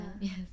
yes